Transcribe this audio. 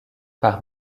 par